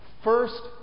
First